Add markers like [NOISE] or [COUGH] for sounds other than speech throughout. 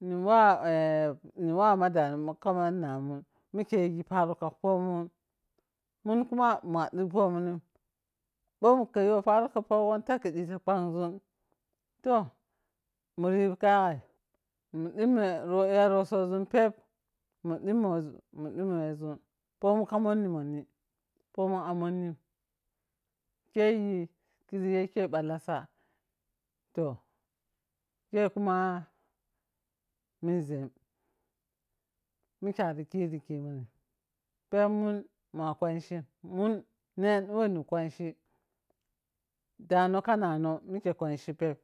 Ni wou [HESITATION] miwou ma damun kama namun mike yishi paro ka pomung mun kua mia dig pomunin bho kayo paro ka poko ta ka difa phanzun toh muri ye ka yagsai? Mu dimi ya rotsozun peb, mudi miwezun mudi miwezun pomun ka mom mo ni pomun a monimi keyi khesi ya ke ballasa, toh keh kuma murzem, mike ari kiri kemani kermun ma kwanchin mak nenni. Dano ka nano mikekwanshi peb,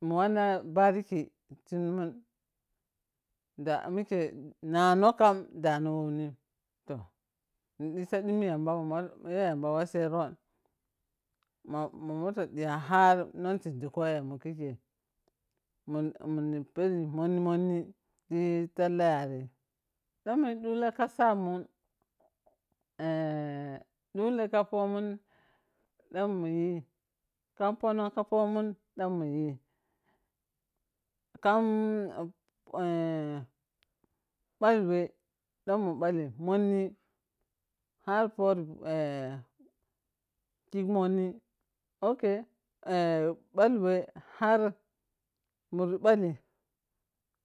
mu wanna bariki ti numun da mike nano kam dano womnim toh ni ti ta ɗemi yamba toh ma yambo woseron ma mo motoh diya har non dingi koyemun khike. Mu mun mundi peni moni moni ti talla yare. Bho muri dena ke sabmun [HESITATION] dole ka toman da munyi fanom ka pomun da muayi kam [HESITATION] ɓalwe ɗama ɓali monni har fori [HESITATION] kek moni ok [HESITATION] ɓalwe har muri ɓalei.